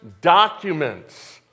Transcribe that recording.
documents